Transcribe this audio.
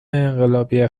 انقلابی